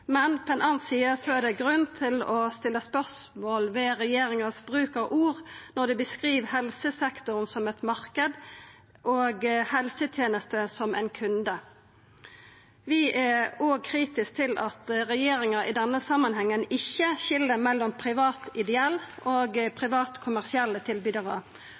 men på ei anna side er det grunn til å stilla spørsmål ved regjeringas bruk av ord når dei beskriv helsesektoren som ein marknad og helsetenester som ein kunde. Vi er òg kritiske til at regjeringa i denne samanhengen ikkje skil mellom private ideelle og private kommersielle tilbydarar,